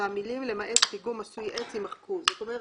והמילים "למעט פיגום עשוי עץ" יימחקו," זאת אומרת,